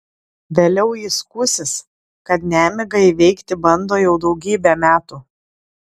vėliau ji skųsis kad nemigą įveikti bando jau daugybę metų